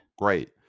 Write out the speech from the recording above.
Great